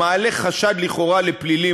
המעלה חשד לכאורה לפלילים,